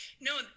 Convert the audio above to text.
No